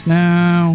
now